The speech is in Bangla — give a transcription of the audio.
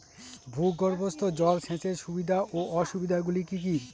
ভূগর্ভস্থ জল সেচের সুবিধা ও অসুবিধা গুলি কি কি?